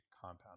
compound